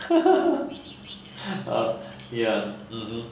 ah ya mm mm